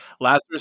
Lazarus